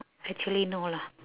actually no lah